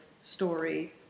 story